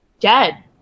dead